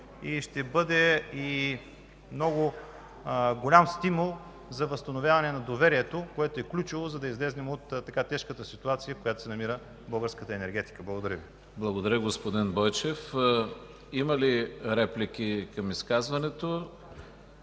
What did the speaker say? и ще бъде много голям стимул за възстановяване на доверието, което е ключово, за да излезем от тежката ситуация, в която се намира българската енергетика. Благодаря Ви. ПРЕДСЕДАТЕЛ ЯНАКИ СТОИЛОВ: Благодаря, господин Бойчев. Има ли реплики към изказването?